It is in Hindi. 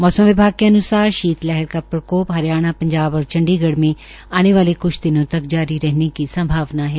मौमस विभाग के अन्सार शीत लहर का प्रकोप हरियाणा पंजाब और चंडीगढ़ में आने वाले कुछ दिनों तक जारी रहने की संभावना है